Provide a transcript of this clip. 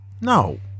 No